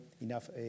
enough